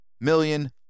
million